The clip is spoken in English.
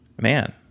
man